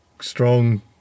strong